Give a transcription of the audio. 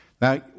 Now